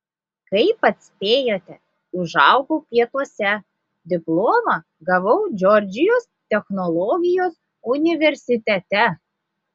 kaip atspėjote užaugau pietuose diplomą gavau džordžijos technologijos universitete